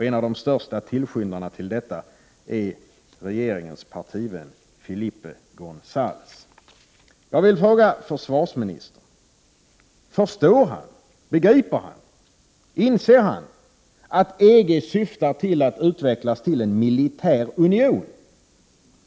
En av de största tillskyndarna till detta är regeringens partivän Felipe Gonzålez. Jag vill fråga försvarsministern om han inser att EG syftar till att utvecklas till en militär union.